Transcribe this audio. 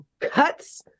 cuts